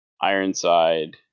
Ironside